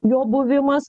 jo buvimas